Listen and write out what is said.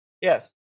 Yes